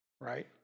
right